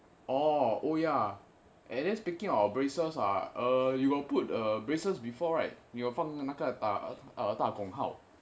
orh oh ya and then speaking of braces ah uh you got put err braces before right 你有放哪个大空号:ni you fang nei ge da kong haoxiao